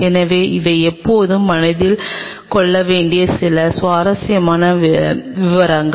எனவே இவை எப்போதும் நீங்கள் மனதில் கொள்ள வேண்டிய சில சுவாரஸ்யமான விவரங்கள்